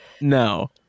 No